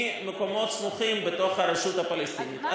והם עברו לשם ממקומות סמוכים בתוך הרשות הפלסטינית.